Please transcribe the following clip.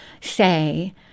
say